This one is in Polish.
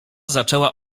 zaczęła